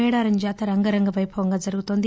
మేడారం జాతర అంగరంగ పైభవంగా జరుగుతోంది